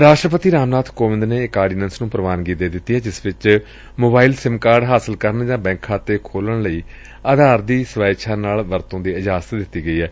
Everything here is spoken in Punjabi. ਰਾਸ਼ਟਰਪਤੀ ਰਾਮਨਾਬ ਕੋਵਿੰਦ ਨੇ ਇਕ ਆਰਡੀਨੈਂਸ ਨੂੰ ਪ੍ਰਵਾਨਗੀ ਦੇ ਦਿੱਤੀ ਏ ਜਿਸ ਵਿਚ ਮੋਬਾਈਲ ਸਿਮ ਕਾਰਡ ਹਾਸਲ ਕਰਨ ਜਾ ਬੈਕ ਖਾਤੇ ਖੋਲੁਣ ਲਈ ਆਧਾਰ ਦੀ ਸਵੈ ਇੱਛਾ ਨਾਲ ਵਰਤੋ ਦੀ ਇਜਾਜ਼ਤ ਦਿੱਤੀ ਗਈ ਏ